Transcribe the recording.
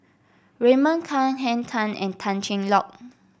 Raymond Kang Henn Tan and Tan Cheng Lock